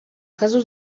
casos